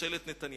מקום של גדר